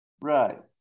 Right